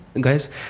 Guys